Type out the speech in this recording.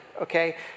okay